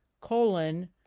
colon